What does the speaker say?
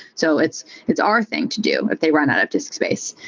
so it's it's our thing to do if they ran out of disk space.